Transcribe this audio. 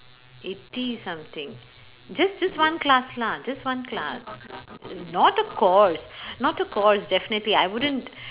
eighty something just just one class lah just one class not a course not a course definitely I wouldn't